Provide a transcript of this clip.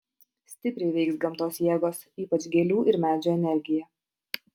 stipriai veiks gamtos jėgos ypač gėlių ir medžių energija